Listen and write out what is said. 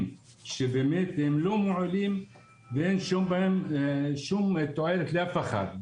שהם באמת לא מועילים ואין בהם שום תועלת לאף אחד.